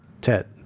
ted